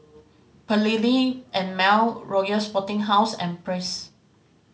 Perllini and Mel Royal Sporting House and Praise